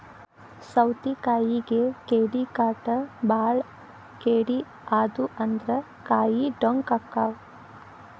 ಸೌತಿಕಾಯಿಗೆ ಕೇಡಿಕಾಟ ಬಾಳ ಕೇಡಿ ಆದು ಅಂದ್ರ ಕಾಯಿ ಡೊಂಕ ಅಕಾವ್